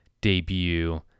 debut